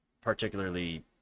particularly